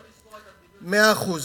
סגרו מחלקות, מאה אחוז.